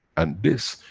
and this,